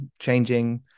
changing